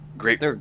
great